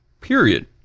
period